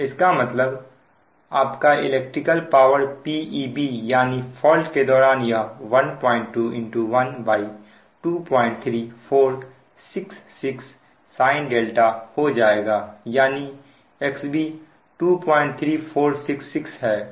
इसका मतलब आप का इलेक्ट्रिकल पावर PeB यानी फॉल्ट के दौरान यह 121 23466 sin हो जाएगा यानी XB 23466 है